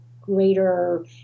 greater